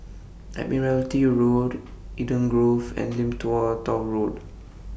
Admiralty Road Eden Grove and Lim Tua Tow Road